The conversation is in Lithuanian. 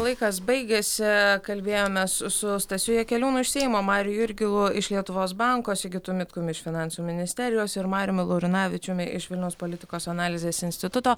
laikas baigėsi kalbėjomės su stasiu jakeliūnu iš seimo mariu jurgilu iš lietuvos banko sigitu mitkumi iš finansų ministerijos ir mariumi laurinavičiumi iš vilniaus politikos analizės instituto